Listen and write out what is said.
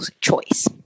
choice